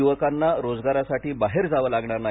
यूवकांना रोजगारासाठी बाहेर जावं लागणार नाही